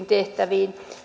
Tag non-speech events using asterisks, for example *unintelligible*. *unintelligible* tehtäviin